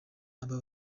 aba